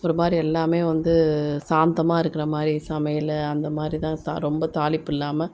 ஒரு மாதிரி எல்லாமே வந்து சாந்தமாக இருக்கிற மாதிரி சமையல் அந்த மாதிரி தான் தான் ரொம்ப தாளிப்பு இல்லாமல்